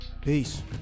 Peace